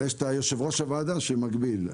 אבל יש את יושב-ראש הוועדה שמגביל.